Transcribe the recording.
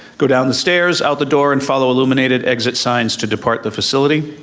go down the stairs, out the door, and follow illuminated exit signs to depart the facility.